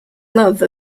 love